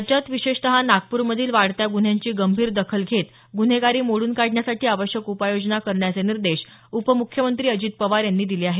राज्यात विशेषत नागपूरमधील वाढत्या गुन्ह्यांची गंभीर दखल घेत गुन्हेगारी मोडून काढण्यासाठी आवश्यक उपाययोजना करण्याचे निर्देश उपम्ख्यमंत्री अजित पवार यांनी दिले आहेत